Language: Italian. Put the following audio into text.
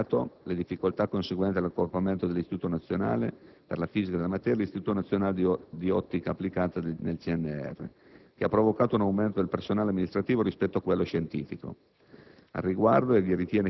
Non vanno dimenticate le difficoltà conseguenti all'accorpamento dell'Istituto nazionale per la fisica della materia e dell'Istituto nazionale di ottica applicata nel CNR, che ha provocato un aumento del personale amministrativo rispetto a quello scientifico.